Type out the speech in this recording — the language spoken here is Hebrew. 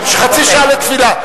חצי שעה לתפילה.